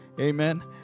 Amen